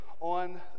on